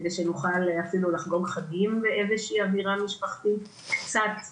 על מנת שנוכל אפילו לחגוג חגים באיזו שהיא אווירה משפחתית קצת דומה.